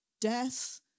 death